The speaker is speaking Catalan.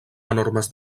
enormes